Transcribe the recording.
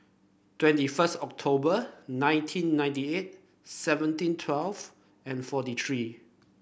twenty first October nineteen ninety eight seventeen twelve and forty three